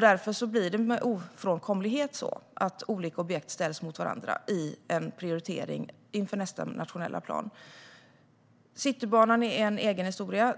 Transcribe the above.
Därför blir det med ofrånkomlighet så att olika objekt ställs mot varandra i en prioritering inför nästa nationella plan. Citybanan är en egen historia.